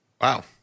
Wow